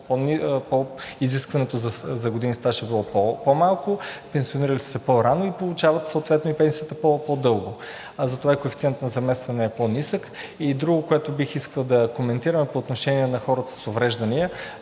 изискването за години стаж е било по-малко, пенсионирали са се по-рано и получават съответно пенсиите по-дълго. Затова коефициентът на заместване е по-нисък. Другото, което бих искал да коментирам, е по отношение на хората с увреждания.